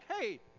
hey